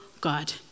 God